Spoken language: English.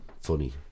funny